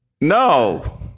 no